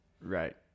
right